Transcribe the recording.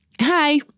hi